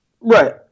Right